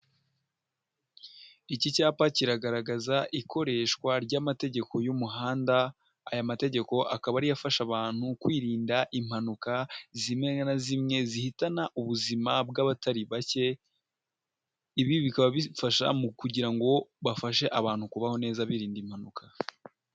Iki cyapa kiragaragaza ikoreshwa ry'amategeko y'umuhanda, aya mategeko akaba ariyo afasha abantu kwirinda impanuka zimwe na zimwe zihitana ubuzima bw'abatari bake, ibi bikaba bifasha mu kugirango bafashe abantu kubaho neza birinda impanuka.